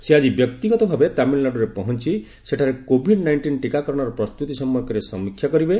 ସେ ଆକ୍ଟି ବ୍ୟକ୍ତିଗତ ଭାବେ ତାମିଲ୍ନାଡୁରେ ପହଞ୍ଚ ସେଠାରେ କୋଭିଡ୍ ନାଇଷ୍ଟିନ୍ ଟୀକାକରଣର ପ୍ରସ୍ତୁତି ସମ୍ପର୍କରେ ସମୀକ୍ଷା କରିବେ